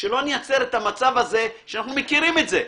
שלא נייצר את המצב הזה, אנחנו מכירים את זה.